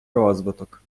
розвиток